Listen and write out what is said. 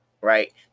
right